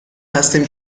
هستیم